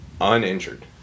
uninjured